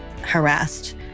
harassed